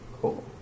Cool